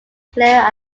clearer